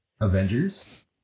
Avengers